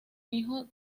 hijo